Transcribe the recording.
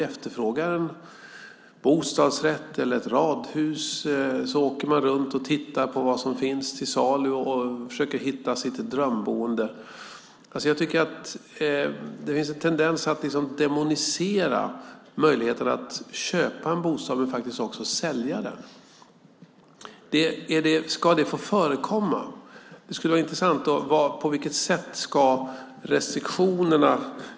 Efterfrågar man en bostadsrätt eller ett radhus åker man runt och tittar på vad som finns till salu och försöker hitta sitt drömboende. Det finns en tendens att demonisera möjligheterna att köpa och sälja en bostad. Ska det få förekomma?